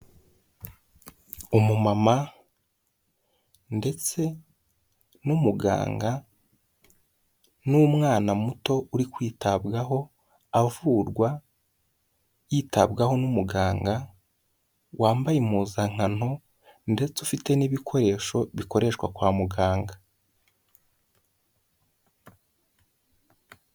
Umumama ndetse n'umuganga n'umwana muto uri kwitabwaho avurwa yitabwaho n'umuganga wambaye impuzankano ndetse ufite n'ibikoresho bikoreshwa kwa muganga.